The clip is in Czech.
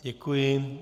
Děkuji.